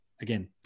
again